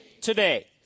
today